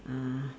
ah